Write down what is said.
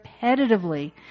repetitively